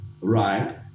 right